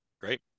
Great